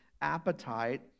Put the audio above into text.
appetite